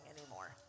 anymore